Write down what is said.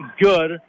good